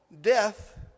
Death